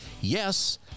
Yes